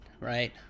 right